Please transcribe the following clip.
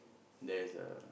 there is a